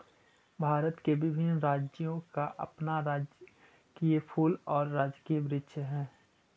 भारत में विभिन्न राज्यों का अपना राजकीय फूल और राजकीय वृक्ष हई